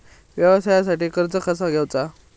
व्यवसायासाठी कर्ज कसा घ्यायचा?